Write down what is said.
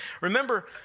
Remember